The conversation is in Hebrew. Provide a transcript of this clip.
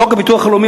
חוק הביטוח הלאומי,